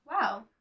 Wow